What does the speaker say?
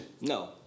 No